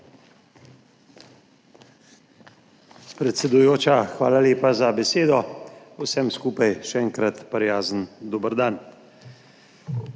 Predsedujoča, hvala lepa za besedo. Vsem skupaj še enkrat prijazen dober dan!